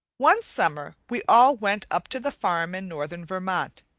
one summer we all went up to the farm in northern vermont,